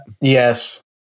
Yes